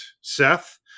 Seth